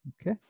Okay